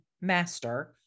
master